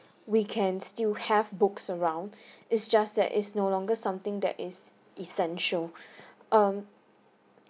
we can still have books around is just that is no longer something that is essential um